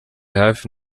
hafi